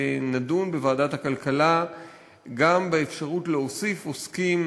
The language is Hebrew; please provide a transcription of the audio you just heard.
נדון בוועדת הכלכלה גם באפשרות להוסיף עוסקים